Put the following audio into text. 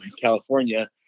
California